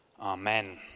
Amen